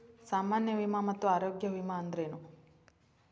ಸಾಮಾನ್ಯ ವಿಮಾ ಮತ್ತ ಆರೋಗ್ಯ ವಿಮಾ ಅಂದ್ರೇನು?